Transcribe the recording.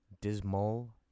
Dismal